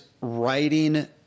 writing